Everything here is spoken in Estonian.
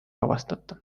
vabastata